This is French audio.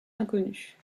inconnue